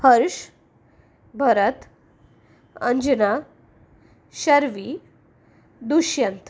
Harsh Bharat Anjana Sharvi Dushyant